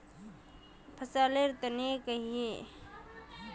फसल लेर तने कहिए?